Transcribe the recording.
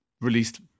released